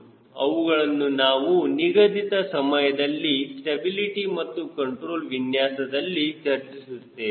ಅವುಗಳನ್ನು ನಾವು ನಿಗದಿತ ಸಮಯದಲ್ಲಿ ಸ್ಟೆಬಿಲಿಟಿ ಮತ್ತು ಕಂಟ್ರೋಲ್ ವಿನ್ಯಾಸದಲ್ಲಿ ಚರ್ಚಿಸುತ್ತೇವೆ